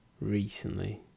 recently